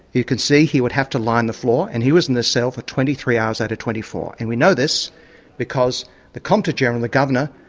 you could see he would have to lie on the floor, and he was in the cell for twenty three hours out of twenty four. and we know this because the compte general, the governor,